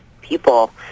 people